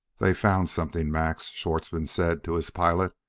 they've found something, max, schwartzmann said to his pilot.